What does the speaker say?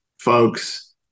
folks